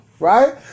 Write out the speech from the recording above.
Right